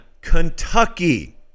Kentucky